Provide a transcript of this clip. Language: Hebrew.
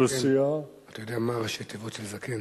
האוכלוסייה, אתה יודע מה ראשי התיבות של זקן?